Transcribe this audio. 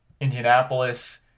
Indianapolis